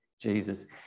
jesus